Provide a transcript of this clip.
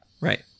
Right